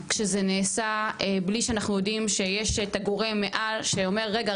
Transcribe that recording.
כשזה נעשה בלי שאנחנו יודעים שיש את הגורם מעל שאומר "רגע,